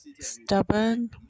stubborn